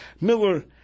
Miller